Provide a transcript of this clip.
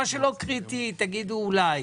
מה שלא קריטי תגידו "אולי".